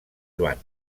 joan